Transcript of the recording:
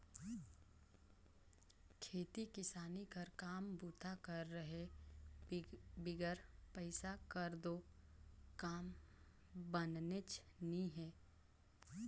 खेती किसानी कर काम बूता कर रहें बिगर पइसा कर दो काम बननेच नी हे